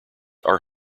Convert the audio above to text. are